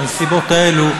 בנסיבות האלה,